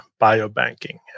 biobanking